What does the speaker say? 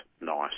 nice